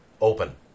Open